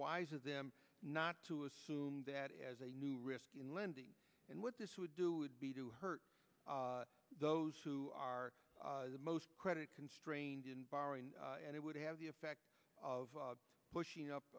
wise of them not to assume that as a new risk in lending and what this would do would be to hurt those who are the most credit constrained in borrowing and it would have the effect of pushing